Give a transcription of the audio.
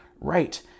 right